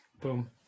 boom